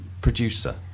producer